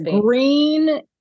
Green